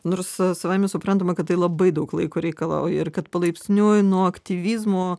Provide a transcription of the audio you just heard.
nors savaime suprantama kad tai labai daug laiko reikalauja ir kad palaipsniui nuo aktyvizmo